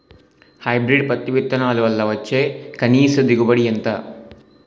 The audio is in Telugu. హైబ్రిడ్ పత్తి విత్తనాలు వల్ల వచ్చే కనీస దిగుబడి ఎంత?